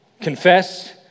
confess